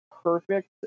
perfect